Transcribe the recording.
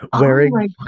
wearing